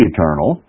Eternal